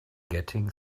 getting